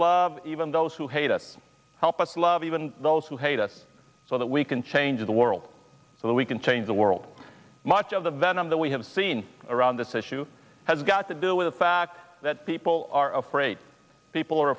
love even those who hate us help us love even those who hate us so that we can change the world so that we can change the world much of the venom that we have seen around this issue has got to do with the fact that people are afraid people are